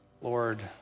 Lord